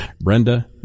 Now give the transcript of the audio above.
Brenda